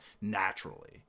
naturally